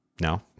No